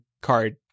card